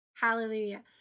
Hallelujah